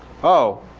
oh.